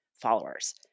followers